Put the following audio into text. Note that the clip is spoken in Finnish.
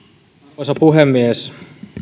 arvoisa puhemies